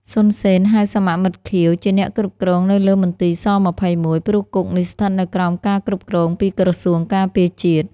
សុន សេន ហៅសមមិត្តខៀវ ជាអ្នកគ្រប់គ្រងនៅលើមន្ទីរ ស-២១ ព្រោះគុកនេះស្ថិតនៅក្រោមការគ្រប់គ្រងពីក្រសួងការពារជាតិ។